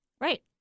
right